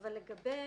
אבל לגבי